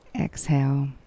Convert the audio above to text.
exhale